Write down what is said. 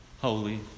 Holy